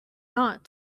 not